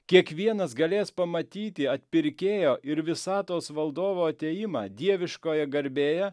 kiekvienas galės pamatyti atpirkėjo ir visatos valdovo atėjimą dieviškoje garbėje